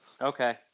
Okay